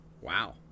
Wow